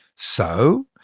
so.